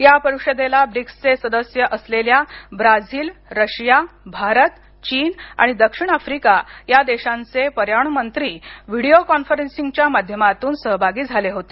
या परिषदेला ब्रिक्सचे सदस्य असलेल्या ब्राझील रशिया भारत चीन आणि दक्षिण आफ्रिका या देशांचे पर्यावरण मंत्रीव्हिडीओ कोन्फरन्सच्या माध्यमातून सहभागी झाले होते